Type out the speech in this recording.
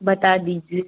बता दीजिए